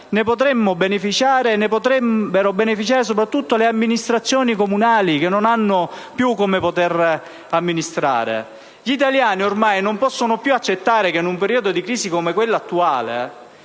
e potrebbero beneficiare soprattutto le amministrazioni comunali, che non hanno più risorse per amministrare. Gli italiani ormai non possono più accettare che in un periodo di crisi come quello attuale